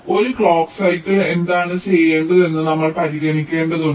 ഒരു ക്ലോക്ക് സൈക്കിളിൽ എന്താണ് ചെയ്യേണ്ടത് എന്നത് നമ്മൾ പരിഗണിക്കേണ്ടതുണ്ട്